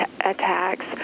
attacks